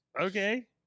Okay